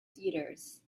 theatres